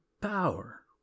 power